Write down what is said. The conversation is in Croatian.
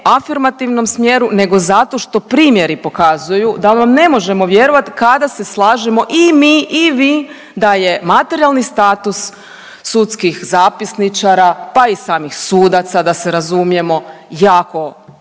neafirmativnom smjeru nego zato što primjeri pokazuju da vam ne možemo vjerovati kada se slažemo i mi i vi da je materijalni status sudskih zapisničara, pa i samih sudaca, da se razumijemo, jako